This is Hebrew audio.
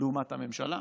לעומת הממשלה.